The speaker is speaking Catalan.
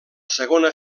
segona